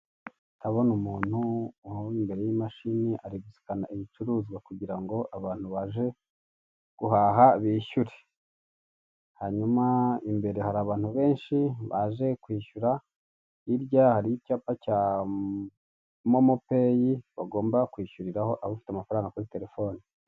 Ndabona umuntu uri imbere y'imashini ari gusikana ibicuruzwa kugira ngo abantu baje guhaha bishyure hanyuma imbere hari abantu benshi baje kwishyura hirya yaho hari icyapa cya MomoPay bagomba kwishyuriraho abafite amafaranga kuri terefone.